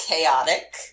chaotic